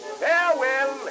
farewell